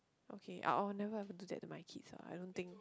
okay oh oh never I have to do that to my kids ah I don't think